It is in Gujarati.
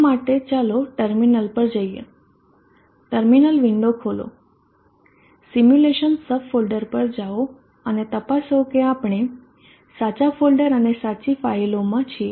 આ માટે ચાલો ટર્મિનલ પર જઈએ ટર્મિનલ વિંડો ખોલો સિમ્યુલેશન સબફોલ્ડર પર જાઓ અને તપાસો કે આપણે સાચા ફોલ્ડર અને સાચી ફાઈલો માં છીએ